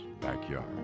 backyard